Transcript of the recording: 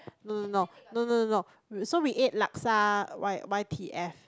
no no no no no no so we ate Laksa Y Y T F